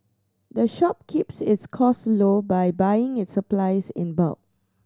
the shop keeps its cost low by buying its supplies in bulk